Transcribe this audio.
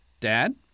Dad